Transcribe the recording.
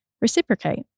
reciprocate